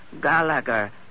Gallagher